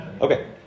Okay